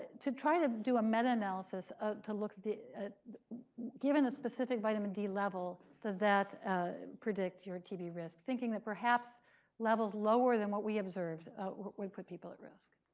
to try to do a meta-analysis to look at given a specific vitamin d level, does that predict your tb risk? thinking that perhaps levels lower than what we observed would put people at risk.